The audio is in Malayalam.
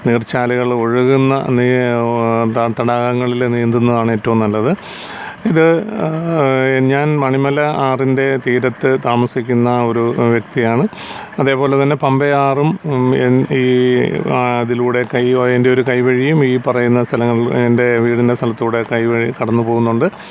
നീർച്ചാലുകൾ ഒഴുകുന്ന നീ തടാകങ്ങളിൽ നീന്തുന്നതാണ് ഏറ്റവും നല്ലത് ഇത് ഞാൻ മണി മല ആറിൻ്റെ തീരത്ത് താമസിക്കുന്ന ഒരു വ്യക്തിയാണ് അതേ പോലെ തന്നെ പമ്പയാറും ഈ അതിലൂടെയൊക്കെ ഈ അതിൻ്റെ ഒരു കൈ വഴിയും ഈ പറയുന്ന സ്ഥലങ്ങളിൽ എൻ്റെ വീടിൻ്റെ സ്ഥലത്ത് കൂടെ കൈ വഴി കടന്ന് പോകുന്നുണ്ട്